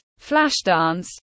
Flashdance